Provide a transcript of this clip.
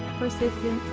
persistence,